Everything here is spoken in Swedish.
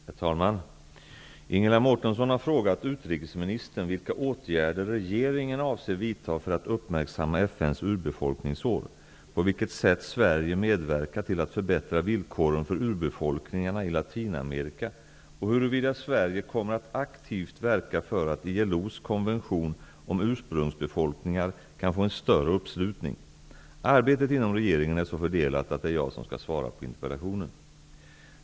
Herr talman! Ingela Mårtensson har frågat utrikesministern vilka åtgärder regeringen avser vidta för att uppmärksamma FN:s urbefolkningsår, på vilket sätt Sverige medverkar till att förbättra villkoren för urbefolkningarna i Latinamerika och huruvida Sverige kommer att aktivt verka för att ILO:s konvention om ursprungsbefolkningar kan få en större uppslutning. Arbetet inom regeringen är så fördelat att det är jag som skall svara på interpellationen.